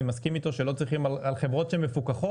מסכים איתו שלא צריכים על חברות שמפוקחות,